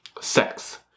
sex